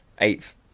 Eighth